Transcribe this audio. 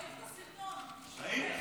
אבל זאת